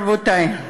רבותי,